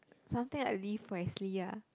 something I live wisely ah